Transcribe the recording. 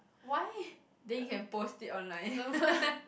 why then you can post it online